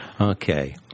Okay